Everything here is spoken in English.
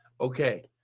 Okay